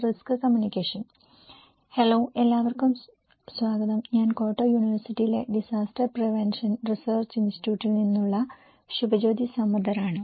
hello എല്ലാവർക്കും സ്വാഗതം ഞാൻ ക്യോട്ടോ യൂണിവേഴ്സിറ്റിയിലെ ഡിസാസ്റ്റർ പ്രിവൻഷൻ റിസർച്ച് ഇൻസ്റ്റിറ്റ്യൂട്ടിൽ നിന്നുള്ള ശുഭജ്യോതി സമദ്ദർ ആണ്